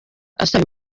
asaba